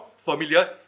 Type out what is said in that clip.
familiar